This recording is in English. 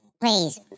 please